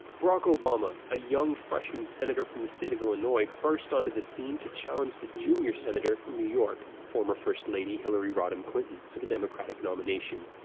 barack obama a young, freshman senator from the state of illinois burst onto the scene to challenge the junior senator from new york, former first lady hillary rodham clinton, for the democratic nomination.